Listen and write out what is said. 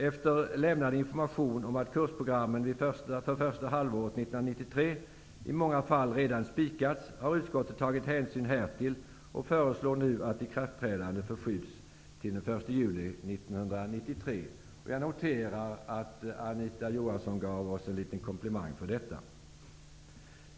Efter att information har lämnats om att kursprogrammen för första halvåret 1993 i många fall redan spikats, har utskottet tagit hänsyn härtill och föreslår nu att ikraftträdandet förskjuts till den 1 juli 1993. Jag noterar att Anita Johansson gav en liten komplimang för detta.